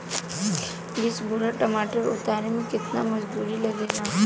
बीस बोरी टमाटर उतारे मे केतना मजदुरी लगेगा?